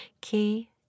Key